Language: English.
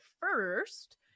first